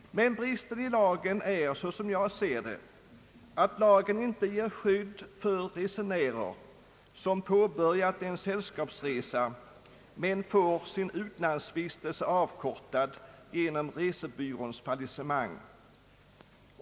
Men bristen i lagen är, som jag ser det, att lagen inte ger skydd för resenärer som påbörjat en sällskapsresa och får sin utlandsvistelse avkortad genom resebyråns fallissemang.